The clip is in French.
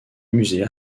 musée